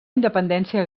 independència